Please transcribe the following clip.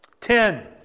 Ten